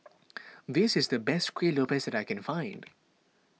this is the best Kueh Lopes that I can find